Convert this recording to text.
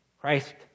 Christ